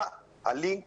מה הלינק